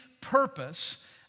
purpose